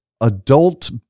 adult